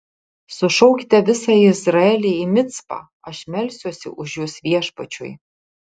sušaukite visą izraelį į micpą aš melsiuosi už jus viešpačiui